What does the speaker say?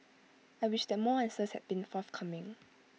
I wish that more answers had been forthcoming